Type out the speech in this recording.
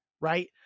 right